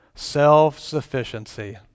Self-sufficiency